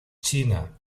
china